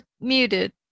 muted